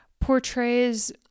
portrays